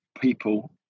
people